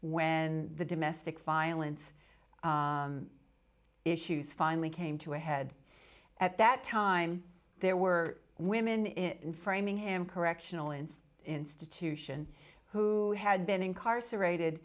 when the domestic violence issues finally came to a head at that time there were women in framingham correctional and institution who had been incarcerated